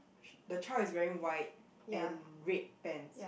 the child is wearing white and red pants